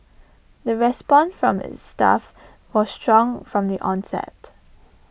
the response from its staff was strong from the onset